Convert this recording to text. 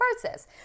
process